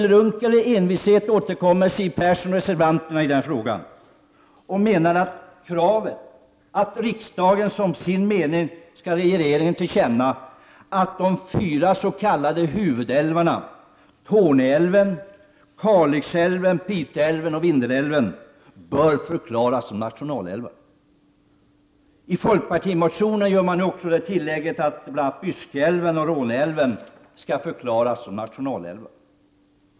Med outtröttlig envishet återkommer Siw Persson och de andra reservanterna i frågan med kravet att riksdagen som sin mening skall ge regeringen till känna att de fyra s.k. huvudälvarna — Torneälven, Kalixälven, Piteälven och Vindelälven — bör förklaras som nationalälvar. I fp-motionen görs också det tilllägget att bl.a. Byskeälven och Råneälven bör förklaras som nationalälvar.